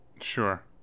Sure